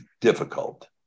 difficult